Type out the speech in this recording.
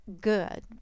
good